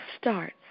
starts